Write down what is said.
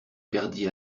perdit